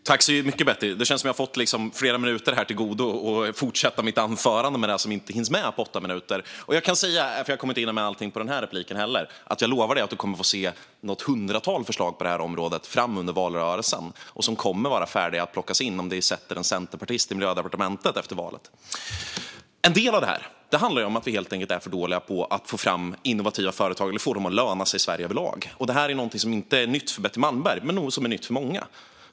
Fru talman! Tack så mycket, Betty! Det känns som att jag fått flera minuter till godo för att fortsätta mitt anförande med det som inte hinns med på åtta minuter. Jag kommer inte att hinna med allt under den här repliken heller, men jag lovar dig att du kommer att få se något hundratal förslag på detta område under valrörelsen, som kommer att vara färdiga att plockas in om vi sätter en centerpartist i Miljödepartementet efter valet. En del av detta handlar om att vi helt enkelt överlag är för dåliga på att få fram innovativa företag och få dem att löna sig i Sverige. Detta är inte nytt för Betty Malmberg, men det är nytt för många.